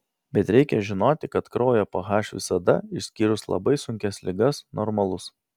bet reikia žinoti kad kraujo ph visada išskyrus labai sunkias ligas normalus